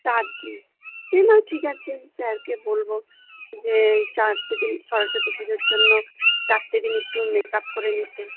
চার দিন ঠিক আছে স্যারকে বলব যে চারটে দিন সরস্বতী পুজোর জন্য চারটে দিন একটু মেক আপ করে নিতে